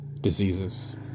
diseases